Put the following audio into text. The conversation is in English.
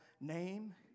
name